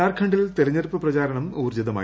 ജാർഖണ്ഡിൽ തെരഞ്ഞെടുപ്പ് പ്രചാരണം ഊർജ്ജിതമായി